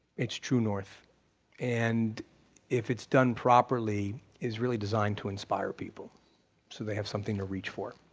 it's true north and if it's done properly, is really designed to inspire people so they have something to reach for.